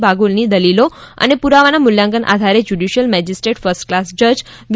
બાગુલની દલીલો અને પુરાવાના મુલ્યાંકન આધારે જ્યુડિશિયલ મેજિસ્ટ્રેટ ફર્સ્ટ ક્લાસ જજ વી